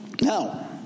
Now